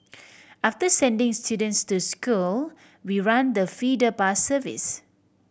after sending students to school we run the feeder bus service